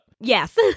Yes